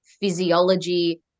physiology